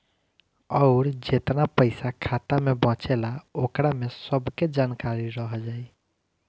अउर जेतना पइसा खाता मे बचेला ओकरा में सब के जानकारी रह जाइ